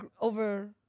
over